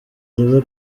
rube